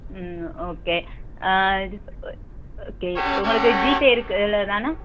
ம் okay okay உங்களுக்கு GPay இருக்குதுல்ல தானே